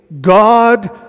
God